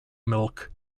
milk